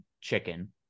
chicken